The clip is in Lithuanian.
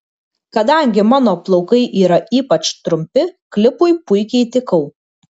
kadangi mano plaukai yra ypač trumpi klipui puikiai tikau